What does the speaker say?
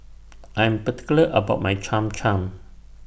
I Am particular about My Cham Cham